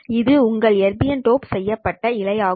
இது உங்கள் erbium dope செய்யப்பட்ட இழை ஆகும்